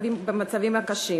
במצבים קשים.